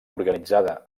organitzada